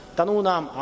Tanunam